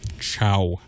ciao